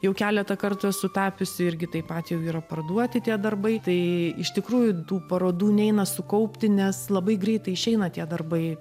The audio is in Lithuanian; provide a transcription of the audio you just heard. jau keletą kartų esu tapiusi irgi taip atvejų yra parduoti tie darbai tai iš tikrųjų tų parodų neina sukaupti nes labai greitai išeina tie darbai